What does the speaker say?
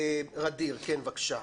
ע'דיר, בבקשה.